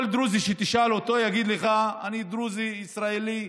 כל דרוזי שתשאל אותו יגיד לך: אני דרוזי, ישראלי,